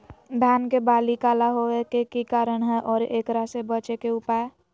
धान के बाली काला होवे के की कारण है और एकरा से बचे के उपाय?